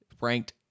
ranked